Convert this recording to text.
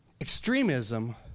extremism